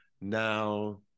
now